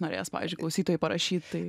norės pavyzdžiui klausytojai parašyt tai